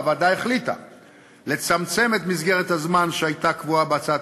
והוועדה החליטה לצמצם את מסגרת הזמן שהייתה קבועה בהצעת